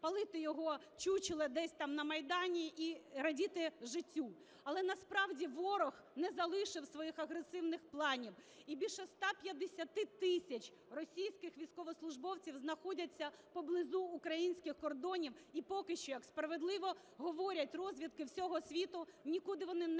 спалити його чучело десь там на Майдані - і радіти життю. Але насправді ворог не залишив своїх агресивних планів і більше 150 тисяч російських військовослужбовців знаходяться поблизу українських кордонів. І поки що, як справедливо говорять розвідки всього світу, нікуди вони не відійшли.